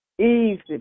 Easy